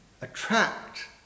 attract